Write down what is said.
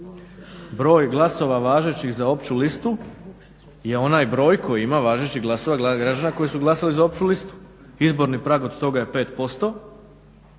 Broj glasova važećih za opću listu je onaj broj koji ima važećih glasova građana koji su glasali za opću listu. Izborni prag od toga je 5%